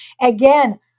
Again